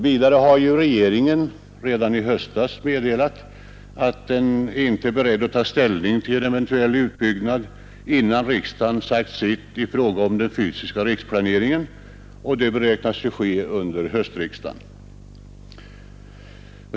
Vidare meddelade regeringen redan i höstas att den inte är beredd att ta ställning till en eventuell utbyggnad innan riksdagen sagt sitt i fråga om den fysiska riksplaneringen. Detta beräknas ske under höstriksdagen.